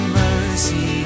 mercy